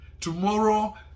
Tomorrow